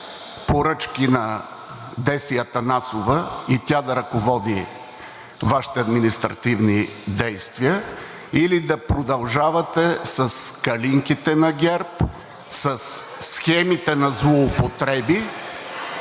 поръчки на Деси Атанасова и тя да ръководи Вашите административни действия, или да продължавате с калинките на ГЕРБ, със схемите на злоупотреби.